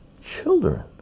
children